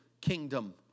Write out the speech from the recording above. kingdom